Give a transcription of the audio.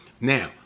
Now